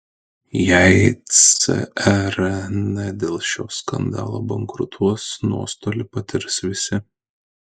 jei cern dėl šio skandalo bankrutuos nuostolį patirs visi